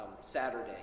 Saturday